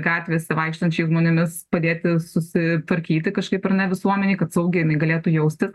gatvėse vaikštančiais žmonėmis padėti susitvarkyti kažkaip ar ne visuomenei kad saugiai jinai galėtų jaustis